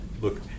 look